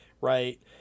right